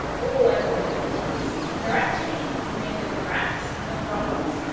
all over the columns. they're actually made of brass not bronze,